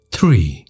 Three